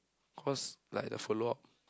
cause like the follow up